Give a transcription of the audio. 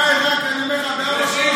מיכאל, רק אני אומר לך, בארבע שעות,